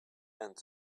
and